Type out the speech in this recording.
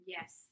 Yes